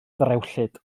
ddrewllyd